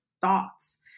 thoughts